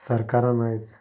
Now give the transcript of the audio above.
सरकारान आयज